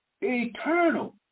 Eternal